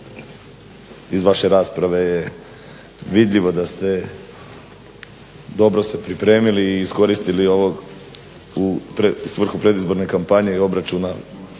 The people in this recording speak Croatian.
iz vaše rasprave je vidljivo da ste dobro se pripremili i iskoristili ovo u svrhu predizborne kampanje i obračuna